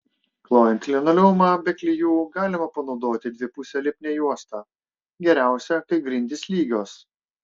klojant linoleumą be klijų galima panaudoti dvipusę lipnią juostą geriausia kai grindys lygios